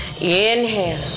Inhale